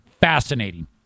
fascinating